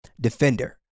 defender